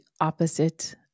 opposite